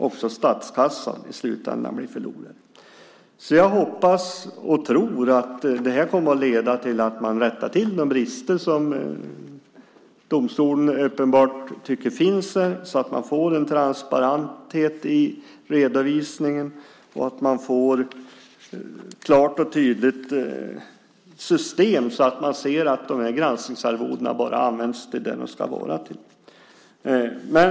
Också statskassan blir till slut förlorare. Jag hoppas och tror därför att det här kommer att leda till att man rättar till de brister som domstolen uppenbarligen tycker finns. Då får man en transparens i redovisningen och ett klart och tydligt system där man ser att granskningsarvodena bara används till det som de ska vara till för.